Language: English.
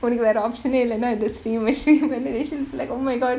உனக்கு வேற:unakku vera option னே இல்ல என:nae illa ena she's like oh my god